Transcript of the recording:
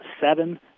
seven